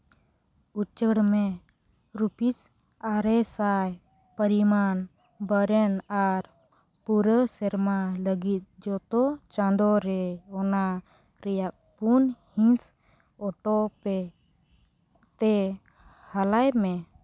ᱩᱪᱟᱹᱲ ᱢᱮ ᱨᱩᱯᱤᱥ ᱟᱨᱮ ᱥᱟᱭ ᱯᱚᱨᱤᱢᱟᱱ ᱵᱚᱨᱮᱱ ᱟᱨ ᱯᱩᱨᱟᱹ ᱥᱮᱨᱢᱟ ᱞᱟᱹᱜᱤᱫ ᱡᱚᱛᱚ ᱪᱟᱸᱫᱳ ᱨᱮ ᱚᱱᱟ ᱨᱮᱭᱟᱜ ᱯᱩᱱ ᱦᱤᱸᱥ ᱚᱴᱳ ᱯᱮ ᱛᱮ ᱦᱟᱞᱟᱭ ᱢᱮ